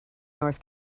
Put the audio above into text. north